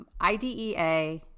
IDEA